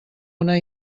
una